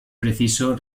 preciso